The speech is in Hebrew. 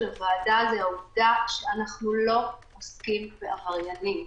הוועדה זאת העובדה שאנחנו לא עוסקים בעבריינים.